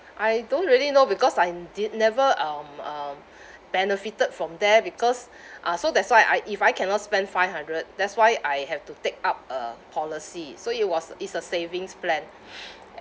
I don't really know because I did never um um benefited from there because ah so that's why I if I cannot spend five hundred that's why I have to take up a policy so it was is a savings plan